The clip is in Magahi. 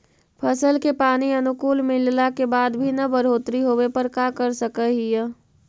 फसल के पानी अनुकुल मिलला के बाद भी न बढ़ोतरी होवे पर का कर सक हिय?